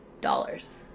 dollars